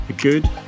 good